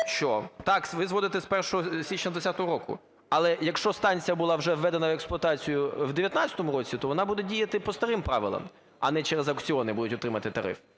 так ви вводите з 1 січня 20-го року, але якщо станція була вже введена в експлуатацію в 19-му році, то вона буде діяти по старим правилам, а не через аукціони будуть отримувати тариф.